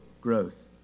growth